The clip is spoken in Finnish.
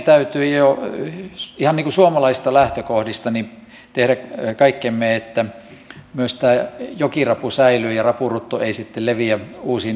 toki meidän täytyy jo ihan suomalaista lähtökohdista tehdä kaikkemme että myös jokirapu säilyy ja rapurutto ei sitten leviä uusiin vesistöihin